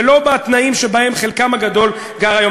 ולא בתנאים שבהם חלקם הגדול גר היום.